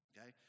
Okay